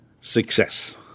success